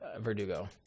Verdugo